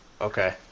Okay